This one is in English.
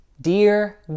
Dear